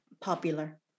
popular